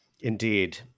Indeed